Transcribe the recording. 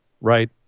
right